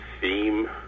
Theme